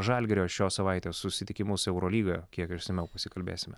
žalgirio šios savaitės susitikimus eurolygoje kiek išsamiau pasikalbėsime